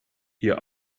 ihr